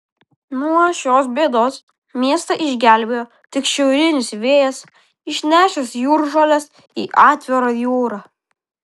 nuo šios bėdos miestą išgelbėjo tik šiaurinis vėjas išnešęs jūržoles į atvirą jūrą